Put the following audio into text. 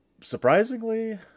surprisingly